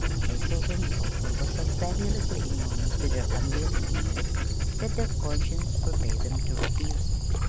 hazelton's offer was so fabulously enormous to their unwilling ears that their conscience forbade them to refuse it.